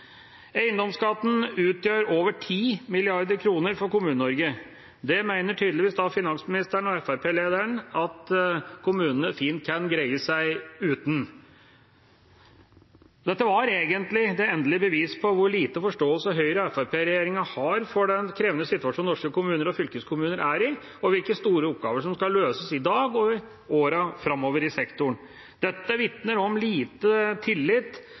Eiendomsskatten utgjør over 10 mrd. kr for Kommune-Norge. Det mener da tydeligvis finansministeren og Fremskrittsparti-lederen at kommunene fint kan greie seg uten. Dette var egentlig det endelige beviset på hvor lite forståelse Høyre–Fremskrittsparti-regjeringa har for den krevende situasjonen norske kommuner og fylkeskommuner er i, og hvilke store oppgaver som skal løses i dag og i årene framover i sektoren. Dette vitner om lite tillit